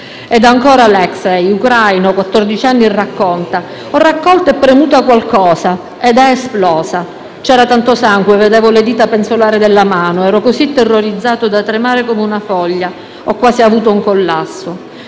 Ancora, Aleksey, ucraino, quattordici anni, racconta: «Ho raccolto e premuto qualcosa ed è esplosa. C'era tanto sangue, vedevo le dita penzolare dalla mano. Ero così terrorizzato da tremare come una foglia. Ho quasi avuto un collasso».